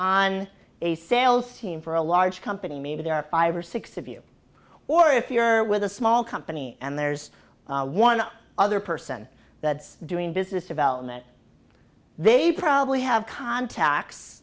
on a sales team for a large company maybe there are five or six of you or if you're with a small company and there's one other person that's doing business development they probably have contacts